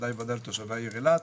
ודאי לתושבי אילת.